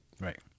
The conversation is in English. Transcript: right